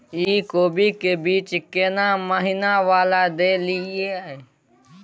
इ कोबी के बीज केना महीना वाला देलियैई?